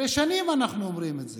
הרי שנים אנחנו אומרים את זה.